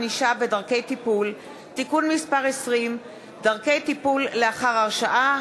ענישה ודרכי טיפול) (תיקון מס' 20) (דרכי טיפול לאחר הרשעה),